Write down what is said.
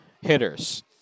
hitters